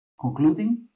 Concluding